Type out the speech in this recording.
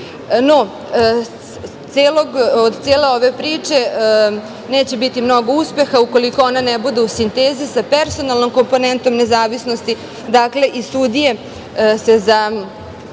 od cele ove priče neće biti mnogo uspeha ukoliko ona ne bude u sintezi sa personalnom komponentom nezavisnosti. Dakle, i sudije se za